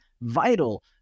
vital